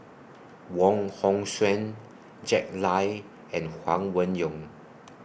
Wong Hong Suen Jack Lai and Huang Wen Yong